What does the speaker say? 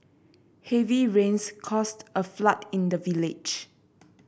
heavy rains caused a flood in the village